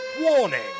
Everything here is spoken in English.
Warning